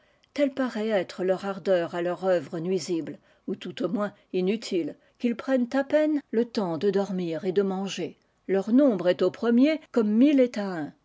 telle paraît être leur ardeur à leur œuvre nuisible ou tout au moins inutile qu'ils prennent à peine le temps de dormir et de manger leur nombre est aux premiers comme mille